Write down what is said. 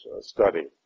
study